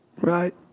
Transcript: right